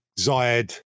Zayed